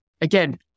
Again